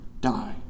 die